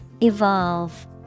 Evolve